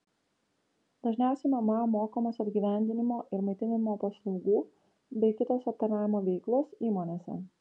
dažniausiai mma mokamos apgyvendinimo ir maitinimo paslaugų bei kitos aptarnavimo veiklos įmonėse